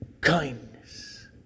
kindness